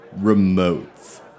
Remotes